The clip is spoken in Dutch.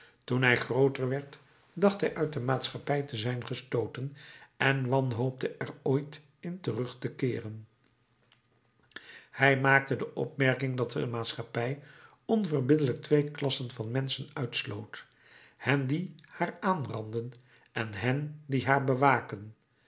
toen hij grooter werd dacht hij uit de maatschappij te zijn gesloten en wanhoopte er ooit in terug te keeren hij maakte de opmerking dat de maatschappij onverbiddelijk twee klassen van menschen uitsloot hen die haar aanranden en hen die haar bewaken